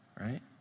right